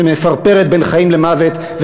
ומפרפרת בין חיים למוות,